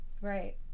Right